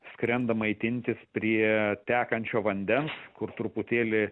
skrenda maitintis prie tekančio vandens kur truputėlį